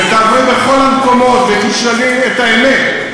ותעברי בכל המקומות ותשאלי את האמת,